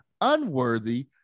unworthy